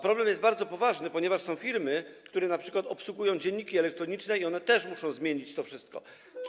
Problem jest bardzo poważny, ponieważ są firmy, które np. obsługują dzienniki elektroniczne, i one też muszą zmienić to wszystko.